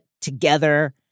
together